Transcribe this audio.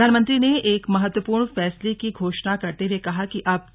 प्रधानमंत्री ने एक महत्वपूर्ण फैसले की घोषणा करते हुए कहा कि अब